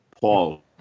Paul